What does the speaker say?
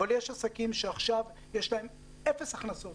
אבל יש עסקים שעכשיו יש להם אפס הכנסות